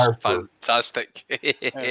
fantastic